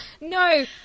No